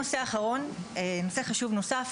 נושא חשוב נוסף,